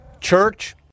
Church